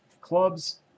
clubs